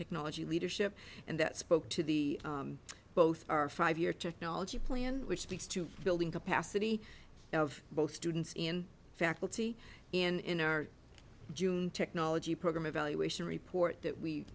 technology leadership and that spoke to the both our five year technology plan which speaks to building capacity of both students and faculty in our june technology program evaluation report that we